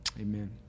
Amen